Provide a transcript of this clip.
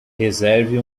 reserve